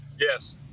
Yes